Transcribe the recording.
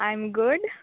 IM good